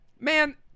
Man